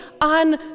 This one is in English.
on